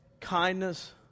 kindness